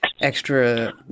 extra